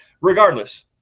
regardless